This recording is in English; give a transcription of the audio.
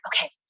okay